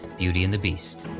beauty and the beast.